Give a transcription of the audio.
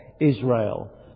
Israel